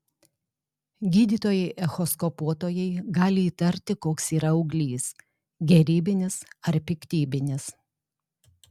gydytojai echoskopuotojai gali įtarti koks yra auglys gerybinis ar piktybinis